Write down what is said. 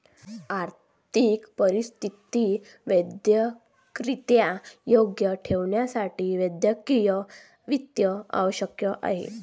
आर्थिक परिस्थिती वैयक्तिकरित्या योग्य ठेवण्यासाठी वैयक्तिक वित्त आवश्यक आहे